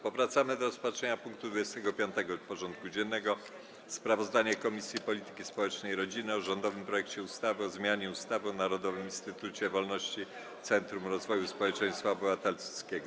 Powracamy do rozpatrzenia punktu 25. porządku dziennego: Sprawozdanie Komisji Polityki Społecznej i Rodziny o rządowym projekcie ustawy o zmianie ustawy o Narodowym Instytucie Wolności - Centrum Rozwoju Społeczeństwa Obywatelskiego.